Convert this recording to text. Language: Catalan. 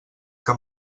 que